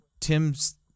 Tim's